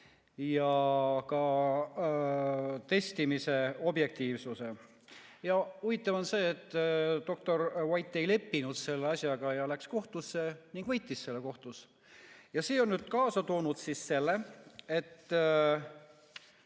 ja ka testimise objektiivsuse. Huvitav on see, et doktor White ei leppinud selle asjaga, läks kohtusse ning võitis kohtus. See on kaasa toonud selle, et